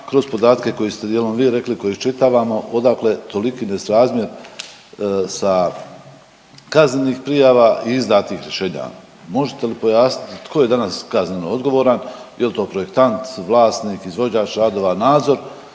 kroz podatke koje ste djelom vi rekli, koje iščitavamo, odakle toliki nesrazmjer sa kaznenih prijava i izdatih rješenja, možete li pojasniti tko je danas kazneno odgovoran, jel to projektant, vlasnik, izvođač radova, nadzor,